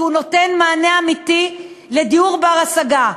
כי הוא נותן מענה אמיתי לדיור בר-השגה.